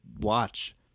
Watch